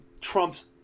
Trump's